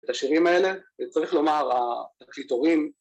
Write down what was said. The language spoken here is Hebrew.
‫את השירים האלה, וצריך לומר, ‫התקליטורים.